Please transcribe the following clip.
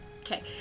Okay